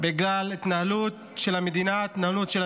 אמינה אלחסוני שנפגעה מטיל איראני שנורה לארץ,